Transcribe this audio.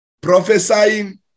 prophesying